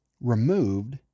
removed